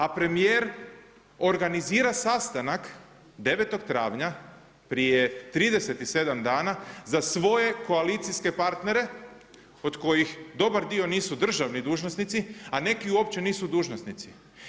A premijer organizira sastanak 9. travnja, prije 37 dana za svoje koalicijske partnere od kojih dobar dio nisu državni dužnosnici a neki uopće nisu dužnosnici.